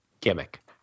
gimmick